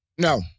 No